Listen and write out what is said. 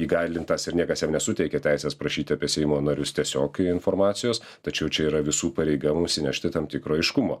įgalintas ir niekas jam nesuteikė teisės prašyti apie seimo narius tiesiog informacijos tačiau čia yra visų pareiga mums įnešti tam tikro aiškumo